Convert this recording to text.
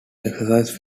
excess